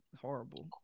horrible